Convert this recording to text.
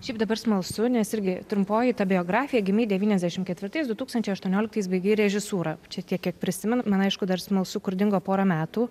šiaip dabar smalsu nes irgi trumpoji biografija gimei devyniasdešim ketvirtais du tūkstančiai aštuonioliktais baigei režisūrą čia tiek kiek prisimenu man aišku dar smalsu kur dingo pora metų